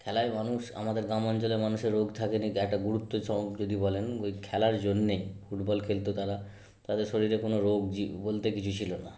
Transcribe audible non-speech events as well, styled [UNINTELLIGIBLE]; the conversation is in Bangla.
খেলায় মানুষ আমাদের গ্রামাঞ্চলের মানুষের রোগ থাকে না একটা গুরুত্বসহ যদি বলেন ওই খেলার জন্যই ফুটবল খেলত তারা তাদের শরীরে কোনো রোগ [UNINTELLIGIBLE] বলতে কিছুই ছিল না